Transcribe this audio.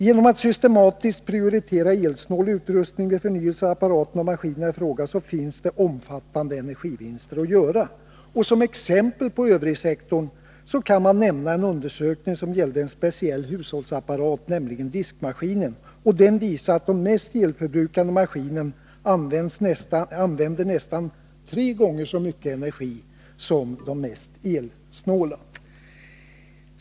Genom att systematiskt prioritera energisnål utrustning vid förnyelse av apparaterna och maskinerna i fråga finns det omfattande energivinster att göra. Som exempel från övrigsektorn kan jag nämna en undersökning som gällde en speciell hushållsapparat, nämligen diskmaskinen. Denna undersökning visade att den mest elförbrukande maskinen använde nästan tre gånger så mycket energi som de mest energisnåla.